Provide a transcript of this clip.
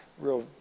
real